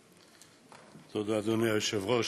תודה, אדוני היושב-ראש,